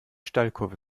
steilkurve